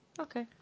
Okay